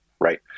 right